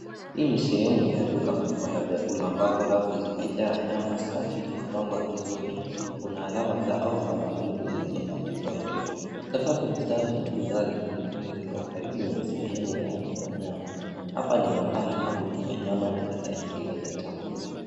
Hii ni sehemu ya duka kubwa la vyakula ambapo rafu zimejaa nyama safi iliyopangwa vizuri ,kuna alama za offer maalum zilizobandikwa juu ,sakafu ni safi na bidhaa nyingine ziko karibu na sehemu ya nyama ,hapa ni mahali pa kununua nyama napiga nyingine za chakula.